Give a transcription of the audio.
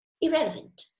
irrelevant